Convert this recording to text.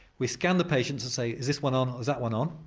we scan the patient to say is this one on? is that one on'?